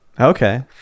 Okay